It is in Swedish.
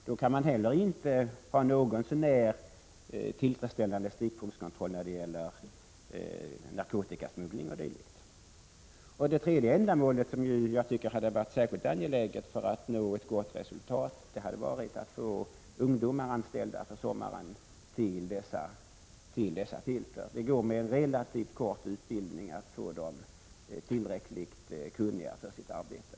Då kan man heller inte ha en något så när tillfredsställande stickprovskontroll när det gäller narkotikasmuggling o. d. För att nå ett gott resultat tycker jag att det hade varit särskilt angeläget att för sommaren få ungdomar anställda till dessa filter. Det går att med en relativt kort utbildning få dem tillräckligt kunniga för sitt arbete.